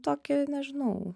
tokį nežinau